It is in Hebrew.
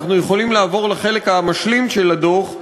אנחנו יכולים לעבור לחלק המשלים של הדוח,